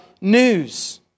news